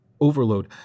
overload